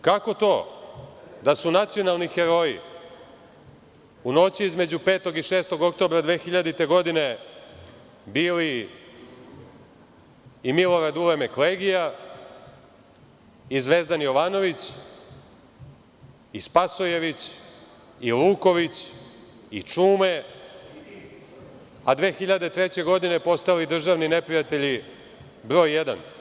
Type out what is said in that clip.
Kako to da su nacionalni heroji u noći između 5. i 6. oktobra 2000. godine, bili i Milorad Ulemek Legija i Zvezdan Jovanović i Spasojević i Luković i Čume, a 2003. godine postali državni neprijatelji broj jedan.